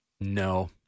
No